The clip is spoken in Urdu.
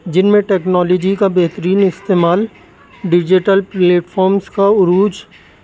جن میں ٹیکنالوجی کا بہترین استعمال ڈیجیٹل پلیٹفارمس کا عروج